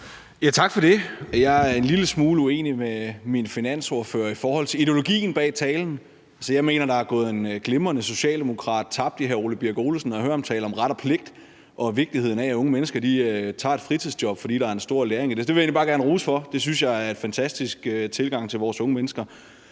(S): Tak for det. Jeg er en lille smule uenig med min finansordfører i forhold til ideologien bag talen. Jeg mener, der er gået en glimrende socialdemokrat tabt i hr. Ole Birk Olesen, når jeg hører ham tale om ret og pligt og vigtigheden af, at unge mennesker tager et fritidsjob, fordi der er stor læring i det. Så det vil jeg egentlig bare gerne rose ordføreren for. Det synes jeg er en fantastisk tilgang til vores unge mennesker.